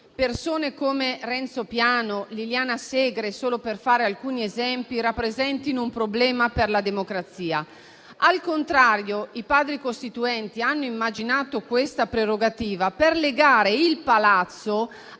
persone come Renzo Piano e Liliana Segre, solo per fare alcuni esempi, rappresentino un problema per la democrazia. Al contrario, i Padri costituenti hanno immaginato questa prerogativa per legare il Palazzo